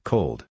Cold